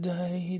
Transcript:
Day